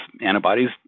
antibodies